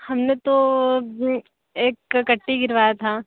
हमने तो एक कट्टी गिरवाया था